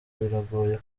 biragoye